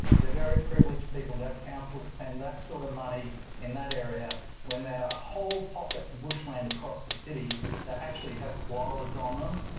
they're very privileged people to have council spend that sort of money in that area when there are whole pockets of bushland across the city that actually have koalas on them.